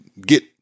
get